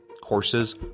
courses